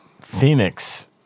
Phoenix